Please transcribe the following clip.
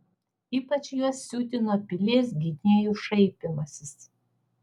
ypač juos siutino pilies gynėjų šaipymasis